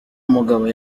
mugabe